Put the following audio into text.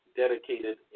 dedicated